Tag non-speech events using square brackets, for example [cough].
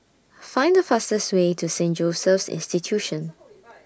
Find The fastest Way to Saint Joseph's Institution [noise]